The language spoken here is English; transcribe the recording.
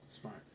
Smart